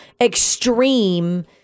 extreme